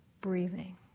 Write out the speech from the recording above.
breathing